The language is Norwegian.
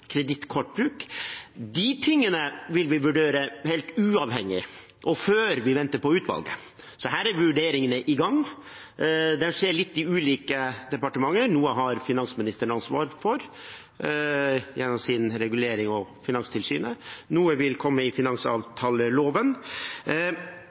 tingene vil vi vurdere helt uavhengig, og før vi venter på utvalget. Her er vurderingene i gang. Det skjer litt i ulike departementer. Noe har finansministeren ansvar for gjennom sin regulering – og Finanstilsynet. Noe vil komme i